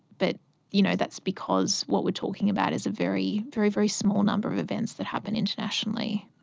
but you know that's because what we are talking about is a very, very very small number of events that happen internationally.